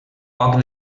poc